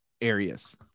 areas